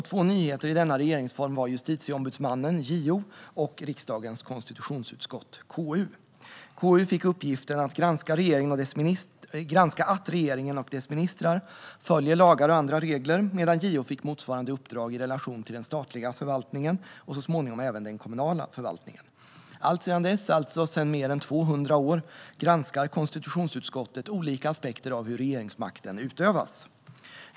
Två nyheter i denna regeringsform var justitieombudsmannen, JO, och riksdagens konstitutionsutskott, KU. KU fick uppgiften att granska att regeringen och dess ministrar följer lagar och andra regler medan JO fick motsvarande uppdrag i relation till den statliga förvaltningen och så småningom även den kommunala förvaltningen. Alltsedan dess, alltså sedan mer än 200 år, granskar konstitutionsutskottet olika aspekter av hur regeringsmakten utövas.